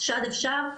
שד אפשר,